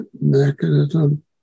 mechanism